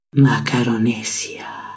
Macaronesia